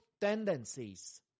tendencies